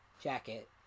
jacket